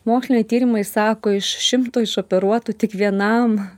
moksliniai tyrimai sako iš šimto išoperuotų tik vienam